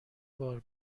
بار